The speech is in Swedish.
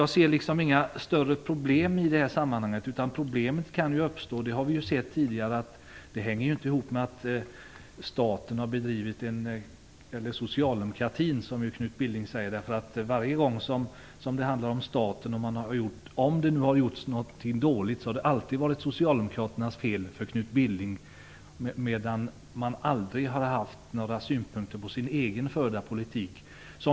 Jag ser alltså inga större problem i detta sammanhang, och problemen som kan uppstå beror inte på något som staten - eller socialdemokratin, som Knut Billing säger - har gjort. Varje gång som staten eventuellt har gjort något dåligt har det alltid varit socialdemokraternas fel enligt Knut Billing. Men han har aldrig haft några synpunkter på den politik som moderaterna har fört.